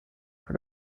for